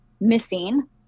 missing